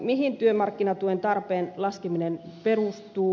mihin työmarkkinatuen tarpeen laskeminen perustuu